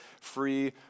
free